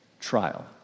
trial